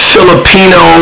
Filipino